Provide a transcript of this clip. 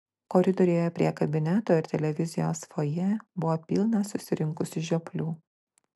koridoriuje prie kabineto ir televizijos fojė buvo pilna susirinkusių žioplių